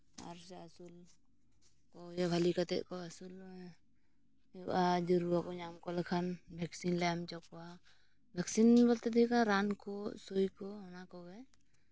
ᱟᱨ ᱥᱮ ᱟᱹᱥᱩᱞ ᱠᱚᱜᱮ ᱵᱷᱟᱹᱞᱤ ᱠᱟᱛᱮᱫ ᱠᱚ ᱟᱹᱥᱩᱞ ᱦᱩᱭᱩᱜᱼᱟ ᱡᱮ ᱨᱩᱣᱟᱹ ᱠᱚ ᱧᱟᱢ ᱠᱚ ᱞᱮᱠᱷᱟᱱ ᱵᱷᱮᱠᱥᱤᱱ ᱠᱚᱞᱮ ᱮᱢ ᱦᱚᱪᱚ ᱠᱚᱣᱟ ᱵᱷᱮᱠᱥᱤᱱ ᱵᱚᱞᱛᱮ ᱫᱚ ᱦᱩᱭᱩᱜ ᱠᱟᱱᱟ ᱨᱟᱱ ᱠᱚ ᱥᱩᱭ ᱠᱚ ᱚᱱᱟ ᱠᱚᱜᱮ